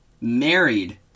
Married